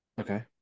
Okay